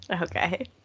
Okay